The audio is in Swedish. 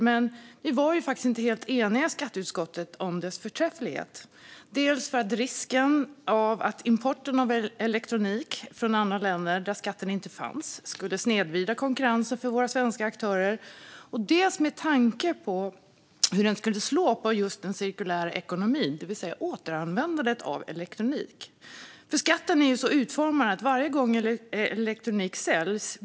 Men vi var faktiskt inte helt eniga i skatteutskottet om skattens förträfflighet, dels på grund av risken för att importen av elektronik från andra länder, där skatten inte finns, skulle snedvrida konkurrensen för våra svenska aktörer, dels med tanke på hur den skulle slå mot den cirkulära ekonomin, det vill säga återanvändandet av elektronik. Skatten är ju så utformad att den betalas återigen varje gång elektronik säljs.